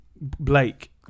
Blake